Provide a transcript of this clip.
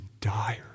dire